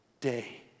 day